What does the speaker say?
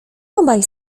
obaj